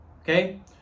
okay